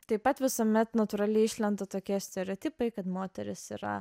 taip pat visuomet natūraliai išlenda tokie stereotipai kad moterys yra